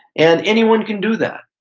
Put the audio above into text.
and anyone can do that.